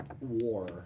war